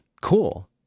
Cool